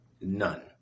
None